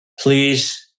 Please